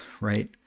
right